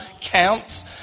counts